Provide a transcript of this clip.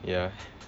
ya